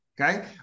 okay